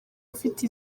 ufite